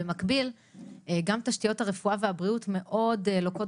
במקביל גם תשתיות הרפואה והבריאות מאוד לוקות